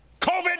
COVID